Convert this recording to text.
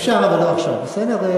אפשר, אבל לא עכשיו, בסדר?